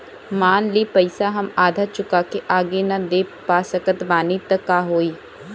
मान ली पईसा हम आधा चुका के आगे न दे पा सकत बानी त का होई?